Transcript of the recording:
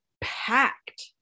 packed